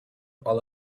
all